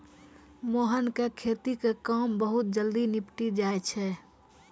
मोहन के खेती के काम बहुत जल्दी निपटी जाय छै